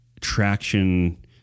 traction